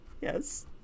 Yes